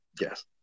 Yes